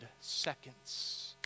seconds